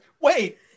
Wait